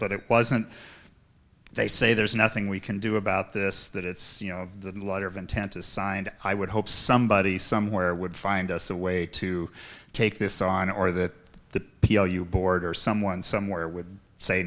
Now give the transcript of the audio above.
but it wasn't they say there's nothing we can do about this that it's you know the letter of intent is signed i would hope somebody somewhere would find us a way to take this on or that the people you board or someone somewhere w